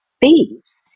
thieves